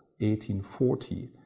1840